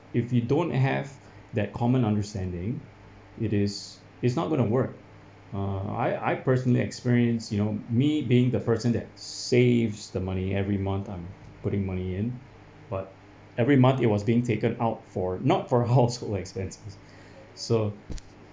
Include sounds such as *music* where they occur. if you don't have that common understanding it is it's not going to work uh I I personally experience you know me being the person that saves the money every month I'm putting money in but every month it was being taken out for not for household *laughs* expenses so